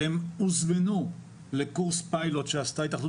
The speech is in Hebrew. הם הוזמנו לקורס פיילוט שעשתה ההתאחדות